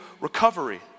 recovery